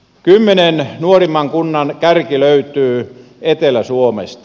kymmenen nuorimman kunnan kärki löytyy etelä suomesta